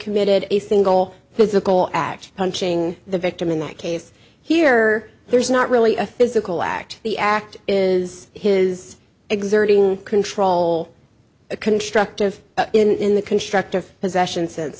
committed a single physical act punching the victim in that case here there's not really a physical act the act is his exerting control a constructive in the constructive possession